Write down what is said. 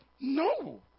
no